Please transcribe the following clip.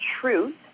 truth